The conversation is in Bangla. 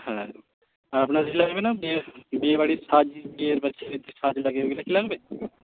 হ্যাঁ আর আপনার কিছু লাগবে না মেয়ের বিয়েবাড়ির সাজ বিয়ের বা ছেলের যে সাজ লাগে ওগুলো কি লাগবে